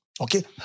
Okay